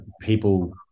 people